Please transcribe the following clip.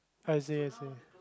I see I see